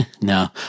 No